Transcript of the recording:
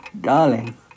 darling